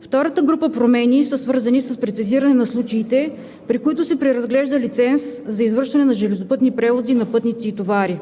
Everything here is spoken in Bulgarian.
Втората група промени са свързани с прецизиране на случаите, при които се преразглежда лиценз за извършване на железопътни превози на пътници и товари.